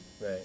Right